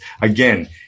again